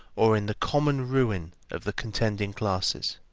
or in the common ruin of the contending classes.